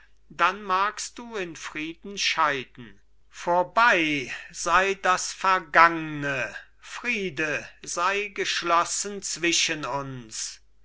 dann magst du in frieden scheiden vorbei sei das vergangne friede sei geschlossen zwischen uns